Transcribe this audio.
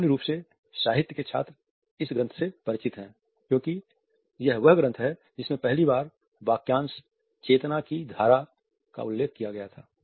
सामान्य रूप से साहित्य के छात्र इस ग्रन्थ से परिचित हैं क्योंकि यह वह ग्रन्थ है जिसमें पहली बार वाक्यांश चेतना की धारा का उल्लेख किया था